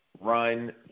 run